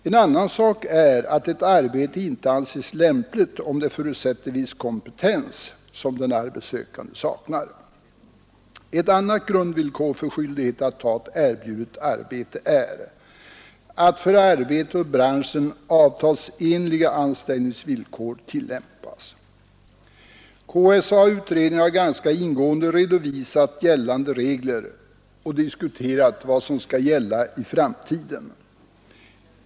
En annan sak är, att ett arbete inte anses lämpligt, om det förutsätter viss kompetens som den arbetssökande saknar. Ett annat grundvillkor för skyldighet att ta ett erbjudet arbete är att för arbetet och branschen KSA-utredningen har ganska ingående redovisat gällande regler och diskuterat vad som skall gälla i framtiden.